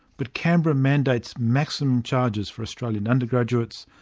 but canberra mandates maximum charges for australian undergraduates,